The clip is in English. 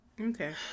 Okay